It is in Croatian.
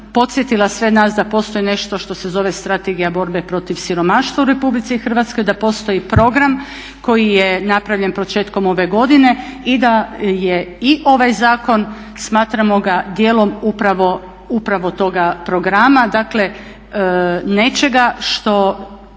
podsjetila sve nas da postoji nešto što se zove strategija borbe protiv siromaštva u Republici Hrvatskoj, da postoji program koji je napravljen početkom ove godine i da je i ovaj zakon smatramo ga dijelom upravo toga programa, dakle nečega što